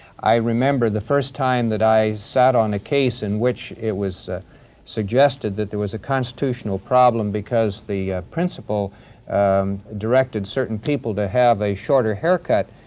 i remember the first time that i sat on a case in which it was suggested that there was a constitutional problem because the principle directed certain people to have a shorter haircut.